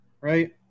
right